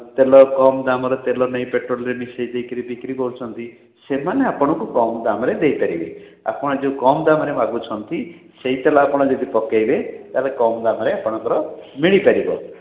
ତେଲ କମ୍ ଦାମ୍ ର ତେଲ ନେଇ ପେଟ୍ରୋଲରେ ମିଶେଇ ଦେଇକିରି ବିକ୍ରି କରୁଛନ୍ତି ସେମାନେ ଆପଣଙ୍କୁ କମ୍ ଦାମ୍ ରେ ଦେଇପାରିବେ ଆପଣ ଯେଉଁ କମ୍ ଦାମ୍ ରେ ମାଗୁଛନ୍ତି ସେଇ ତେଲ ଯଦି ଆପଣ ପକେଇବେ ତେବେ କମ୍ ଦାମ୍ ରେ ଆପଣଙ୍କୁ ମିଳିପାରିବ